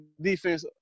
defense